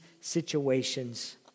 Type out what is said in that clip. situations